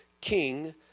king